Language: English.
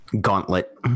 gauntlet